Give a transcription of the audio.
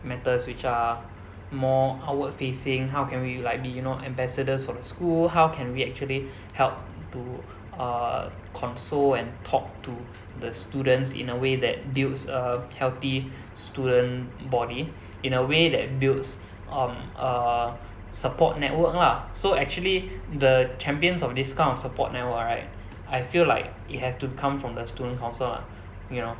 matters which are more outward facing how can we like be you know ambassadors for the school how can we actually helped to err console and talk to the students in a way that builds a healthy student body in a way that builds on a support network lah so actually the champions of this kind of support network right I feel like it has to come from the student council lah ya lor